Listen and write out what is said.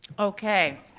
okay,